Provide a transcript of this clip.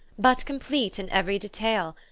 but complete in every detail,